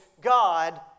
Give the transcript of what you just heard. God